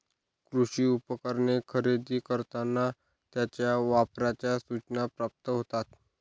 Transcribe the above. कृषी उपकरणे खरेदी करताना त्यांच्या वापराच्या सूचना प्राप्त होतात